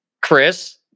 Chris